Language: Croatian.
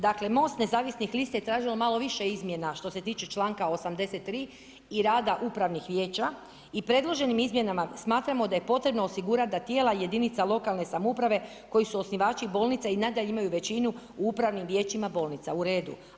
Dakle Most nezavisnih lista je tražilo malo više izmjena što se tiče članka 83 i rada upravnih vijeća i predloženim izmjenama smatramo da je potrebno osigurat da tijela jedinica lokalne samouprave koji su osnivači bolnica imaju većinu u upravnim vijećima bolnica, u redu.